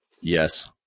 yes